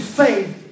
faith